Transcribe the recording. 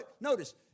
Notice